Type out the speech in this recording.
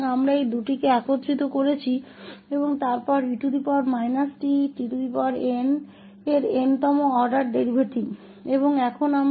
तो हमने इन दोनों को मिला दिया है और फिर ettn के th ऑर्डर डेरीवेटिव को मिला दिया है